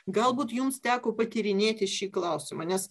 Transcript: galbūt jums teko patyrinėti šį klausimą nes